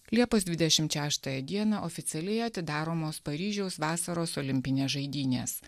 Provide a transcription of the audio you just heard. liepos dvidešimt šeštąją dieną oficialiai atidaromos paryžiaus vasaros olimpinės žaidynės